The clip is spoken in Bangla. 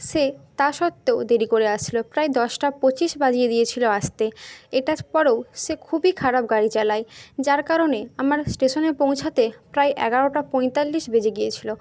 সে তা সত্ত্বেও দেরি করে আসলো প্রায় দশটা পঁচিশ বাজিয়ে দিয়েছিল আসতে এটার পরেও সে খুবই খারাপ গাড়ি চালায় যার কারণে আমার স্টেশনে পৌঁছতে প্রায় এগারোটা পঁয়তাল্লিশ বেজে গিয়েছিল